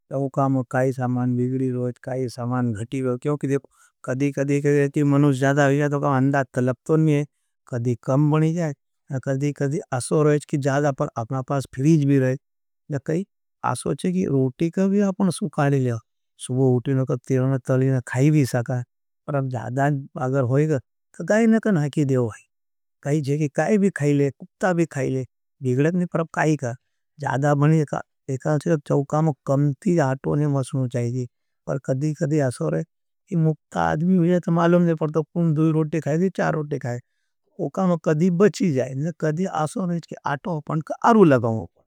चौका में काई सामान भिगरी रोईं, काई सामान घटी रोईं। क्योंकि कदी-कदी क्योंकि मनुस जादा हो जाया, तो काम अंदा तलब तो नहीं है। कदी कम बनी जाया, कदी-कदी असो रोईं, कि जादा पर अपना पास फिरीज भी रोईं। कदी-कदी असो रोईं, कि जादा पर अपना पास फिरीज भी रोईं। सुबह उठने के टालने खाई भी सके। कई जे की कुत्ता भी खाई ले ज्यादा बने एक, उका में कड़ी बची जाए।